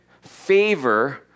favor